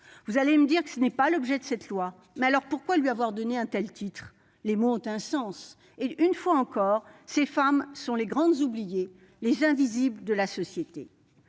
Vous allez me dire que ce n'est pas l'objet de cette proposition de loi ; mais alors, pourquoi lui avoir donné un tel titre ? Les mots ont un sens ! Une fois encore, ces femmes sont les grandes oubliées, les invisibles de la société.